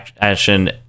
action